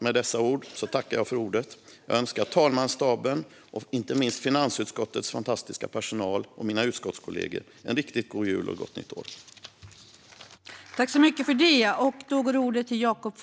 Med dessa ord tackar jag för ordet och önskar talmansstaben, inte minst finansutskottets fantastiska personal och mina utskottskollegor en riktigt god jul och ett gott nytt år!